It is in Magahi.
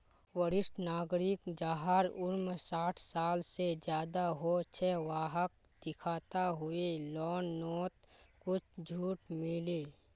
वरिष्ठ नागरिक जहार उम्र साठ साल से ज्यादा हो छे वाहक दिखाता हुए लोननोत कुछ झूट मिले